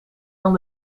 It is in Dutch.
dan